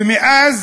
ומאז,